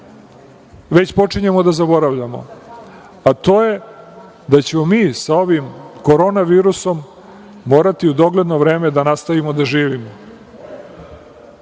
već počinjemo da zaboravljamo, a to je da ćemo mi sa ovim Korona virusom morati u dogledno vreme da nastavimo da živimo,